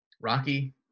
Rocky